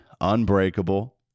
unbreakable